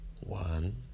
one